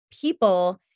people